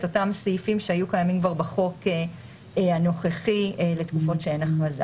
אותם סעיפים שהיו קיימים כבר בחוק הנוכחי לתקופות שאין הכרזה.